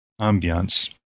ambiance